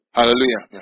Hallelujah